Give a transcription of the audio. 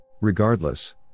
Regardless